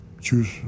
choose